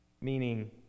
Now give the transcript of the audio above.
Meaning